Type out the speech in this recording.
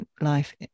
life